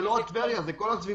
זה לא רק טבריה, זה כל הסביבה.